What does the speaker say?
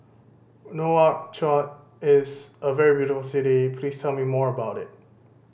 Nouakchott is a very beautiful city please tell me more about it